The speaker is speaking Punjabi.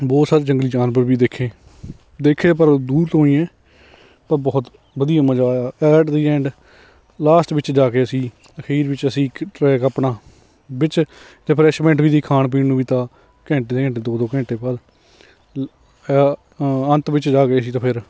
ਬਹੁਤ ਸਾਰੇ ਜੰਗਲੀ ਜਾਨਵਰ ਵੀ ਦੇਖੇ ਦੇਖੇ ਪਰ ਦੂਰ ਤੋਂ ਹੀ ਆ ਪਰ ਬਹੁਤ ਵਧੀਆ ਮਜ਼ਾ ਆਇਆ ਐਟ ਦੀ ਐਂਡ ਲਾਸਟ ਵਿੱਚ ਜਾ ਕੇ ਅਸੀਂ ਅਖੀਰ ਵਿੱਚ ਅਸੀਂ ਇੱਕ ਟਰੈਕ ਆਪਣਾ ਵਿੱਚ ਰੀਫਰੈੱਸਮੈਂਟ ਵੀ ਸੀ ਖਾਣ ਪੀਣ ਨੂੰ ਵੀ ਤਾਂ ਘੰਟੇ ਦੇ ਘੰਟੇ ਦੋ ਦੋ ਘੰਟੇ ਬਾਅਦ ਲ ਅੰਤ ਵਿੱਚ ਜਾ ਕੇ ਅਸੀਂ ਤਾਂ ਫਿਰ